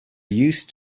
used